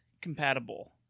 compatible